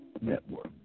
Network